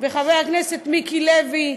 וחבר הכנסת מיקי לוי,